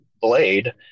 Blade